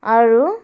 আৰু